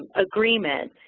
agreement,